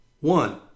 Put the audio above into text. One